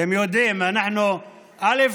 אתם יודעים, א.